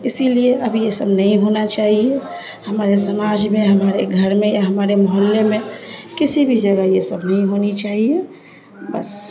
اسی لیے اب یہ سب نہیں ہونا چاہیے ہمارے سماج میں ہمارے گھر میں یا ہمارے محلے میں کسی بھی جگہ یہ سب نہیں ہونی چاہیے بس